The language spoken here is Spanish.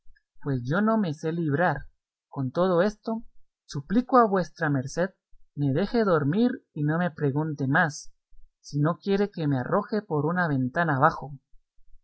pues yo no me sé librar con todo esto suplico a vuestra merced me deje dormir y no me pregunte más si no quiere que me arroje por una ventana abajo